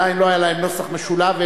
עדיין לא היה להן נוסח משולב,